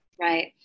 right